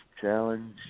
Challenge